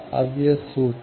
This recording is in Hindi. अब यह सूत्र है